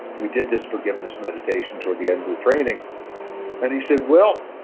we did this forgiveness meditation toward the end of the training and he said, well,